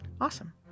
Awesome